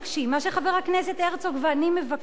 מה שחבר הכנסת הרצוג ואני מבקשים,